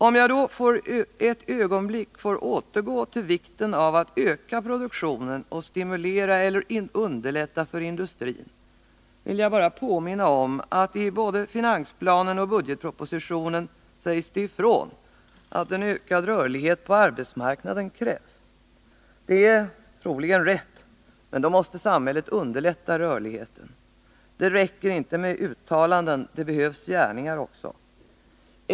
Om jag för ett ögonblick får återgå till vikten av att öka produktionen och stimulera eller underlätta för industrin, vill jag bara påminna om att det både i finansplanen och i budgetpropositionen sägs ifrån att det krävs ökad rörlighet på arbetsmarknaden. Det är troligen riktigt, men då måste samhället underlätta rörligheten. Det räcker inte med uttalanden — det behövs gärningar också.